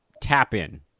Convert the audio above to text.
tap-in